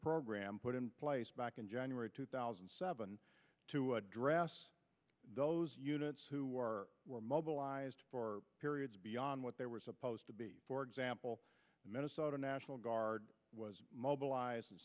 program put in place back in january two thousand and seven to address those units who are were mobilized for periods beyond what they were supposed to be for example the minnesota national guard was mobilized and